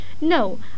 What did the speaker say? No